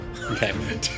Okay